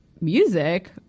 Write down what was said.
music